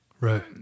Right